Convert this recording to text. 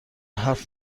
هفت